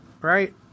right